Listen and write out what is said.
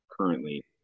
Currently